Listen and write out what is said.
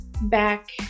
back